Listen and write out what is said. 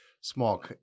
small –